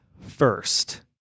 first